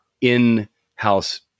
in-house